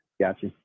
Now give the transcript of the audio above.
gotcha